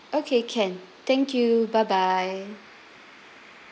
okay can thank you bye bye